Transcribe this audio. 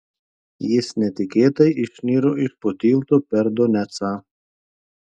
jis netikėtai išniro iš po tilto per donecą